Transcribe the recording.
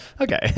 okay